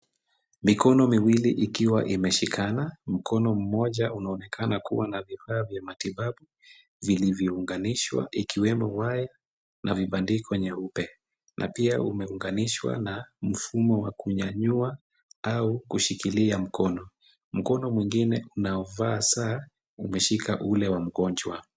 Mikono miwili ikiwa imeshikana, mkono mmoja unaonekana kuwa na vifaa vya matibabu vilivyounganishwa ikiwemo waya na vibandiko nyeupe, na pia umeunganishwa na mfumo wa kunyanyua au kushikilia mkono. Mkono mwingine unaovaa saa unashika ule wa mgonjwa.